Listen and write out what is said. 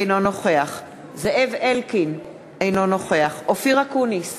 אינו נוכח זאב אלקין, אינו נוכח אופיר אקוניס,